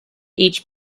each